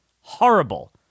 Horrible